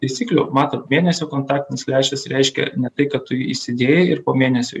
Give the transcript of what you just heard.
taisyklių matot mėnesio kontaktinis lęšis reiškia ne tai kad tu jį įsidėjai ir po mėnesio